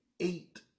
Eight